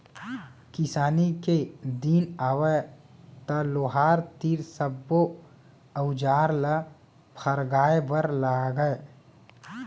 किसानी के दिन आवय त लोहार तीर सब्बो अउजार ल फरगाय बर लागय